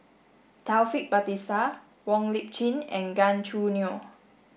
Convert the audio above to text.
Taufik Batisah Wong Lip Chin and Gan Choo Neo